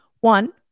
one